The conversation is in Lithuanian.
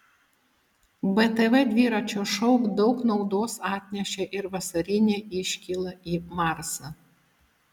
btv dviračio šou daug naudos atnešė ir vasarinė iškyla į marsą